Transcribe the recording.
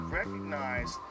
recognize